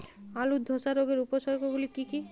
আলুর ধসা রোগের উপসর্গগুলি কি কি?